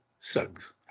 sugs